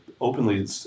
openly